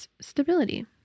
stability